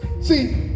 See